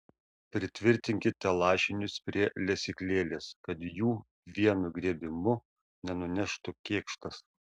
pritvirtinkite lašinius prie lesyklėlės kad jų vienu griebimu nenuneštų kėkštas